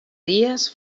dies